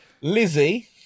Lizzie